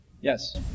Yes